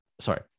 sorry